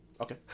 Okay